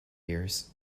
ears